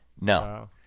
No